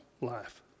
life